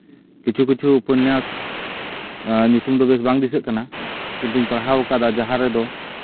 ᱠᱤᱪᱷᱩ ᱠᱤᱪᱷᱩ ᱩᱯᱚᱱᱱᱟᱥ ᱧᱩᱛᱩᱢ ᱫᱚ ᱵᱮᱥ ᱵᱟᱝ ᱫᱤᱥᱟᱹᱜ ᱠᱟᱱᱟ ᱠᱤᱱᱛᱩᱧ ᱯᱟᱲᱦᱟᱣ ᱠᱟᱫᱟ ᱡᱟᱦᱟᱸ ᱨᱮᱫᱚ